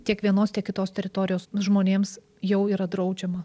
tiek vienos tiek kitos teritorijos žmonėms jau yra draudžiama